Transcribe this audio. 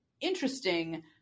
interesting